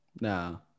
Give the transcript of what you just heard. No